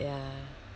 ya